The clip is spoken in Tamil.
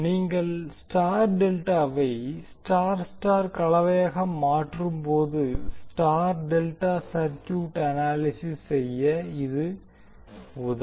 நீங்கள் ஸ்டார் டெல்டாவை ஸ்டார் ஸ்டார் கலவையாக மாற்றும் போது ஸ்டார் டெல்டா சர்க்யூட் அனாலிசிஸ் செய்ய இது உதவும்